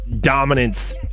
dominance